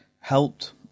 helped